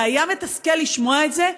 זה היה מתסכל לשמוע את זה,